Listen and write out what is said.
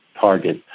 target